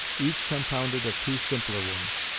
each compounded of two simpler ones.